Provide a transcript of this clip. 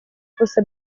fosse